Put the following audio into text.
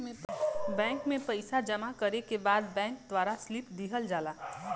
bank में पइसा जमा करे के बाद बैंक द्वारा स्लिप दिहल जाला